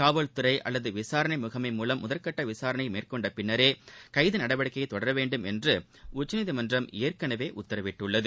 காவல்துறை அல்லது விசாரணை முகமை மூலம் முதற்கட்ட விசாரணையை மேற்கொண்ட பின்னரே கைது நடவடிக்கையை தொடர வேண்டும் என்று உச்சநீதிமன்றம் ஏற்கனவே உத்தரவிட்டுள்ளது